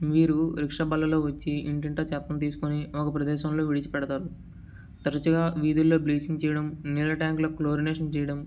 వీళ్ళు రిక్షా బండ్లలో వచ్చి ఇంటింటా చెత్తని తీసుకుని ఒక ప్రదేశంలో విడిచిపెడతారు తరచుగా వీధుల్లో బ్లీచింగ్ చెయ్యడం నీళ్ళ ట్యాంక్లో క్లోరినేషన్ చెయ్యడం